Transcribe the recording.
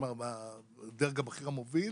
הדרג הבכיר המוביל,